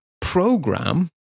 program